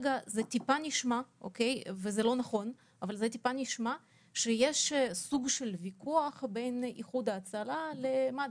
אבל כרגע זה טיפה נשמע שיש סוג של ויכוח בין איחוד הצלה לבין מד"א.